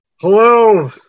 Hello